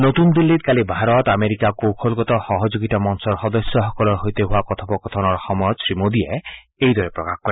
নতুন দিল্লীত কালি ভাৰত আমেৰিকা কৌশলগত সহযোগিতা মঞ্চৰ সদস্যসকলৰ সৈতে হোৱা কথোপকথনৰ সময়ত শ্ৰীমোদীয়ে এইদৰে প্ৰকাশ কৰে